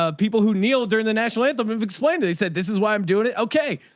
ah people who neil, during the national anthem have explained it. they said, this is why i'm doing it. okay.